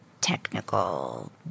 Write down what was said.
technical